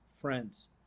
friends